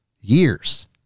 years